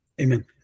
Amen